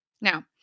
Now